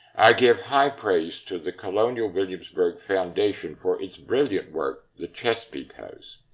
i give high praise to the colonial williamsburg foundation for its brilliant work, the chesapeake house.